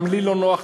גם לי לא נוח,